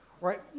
right